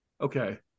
okay